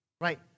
right